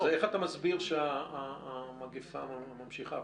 אז איך אתה מסביר שהמגיפה ממשיכה?